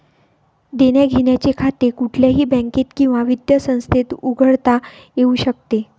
देण्याघेण्याचे खाते कुठल्याही बँकेत किंवा वित्त संस्थेत उघडता येऊ शकते